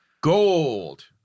gold